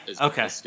okay